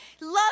love